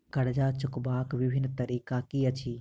कर्जा चुकबाक बिभिन्न तरीका की अछि?